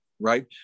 right